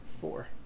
four